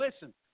listen